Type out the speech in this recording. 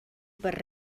per